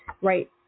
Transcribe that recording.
right